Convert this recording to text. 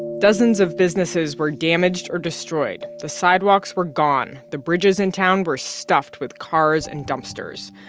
dozens of businesses were damaged or destroyed. the sidewalks were gone. the bridges in town were stuffed with cars and dumpsters.